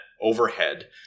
overhead